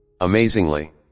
Amazingly